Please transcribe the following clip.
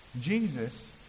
Jesus